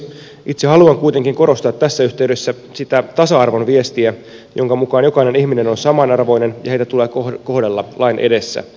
itse haluan kuitenkin korostaa tässä yhteydessä sitä tasa arvon viestiä jonka mukaan jokainen ihminen on samanarvoinen ja jokaista tulee kohdella lain edessä tasavertaisesti